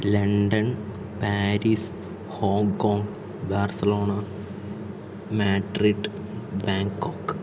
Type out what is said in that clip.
London Paris Hong Kong Barcelona Madrid Bangkok